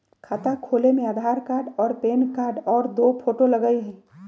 खाता खोले में आधार कार्ड और पेन कार्ड और दो फोटो लगहई?